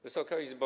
Wysoka Izbo!